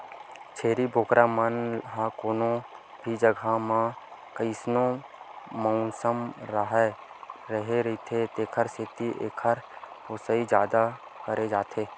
छेरी बोकरा मन ह कोनो भी जघा म कइसनो मउसम राहय रहि जाथे तेखर सेती एकर पोसई जादा करे जाथे